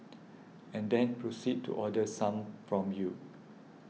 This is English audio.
and then proceed to order some from you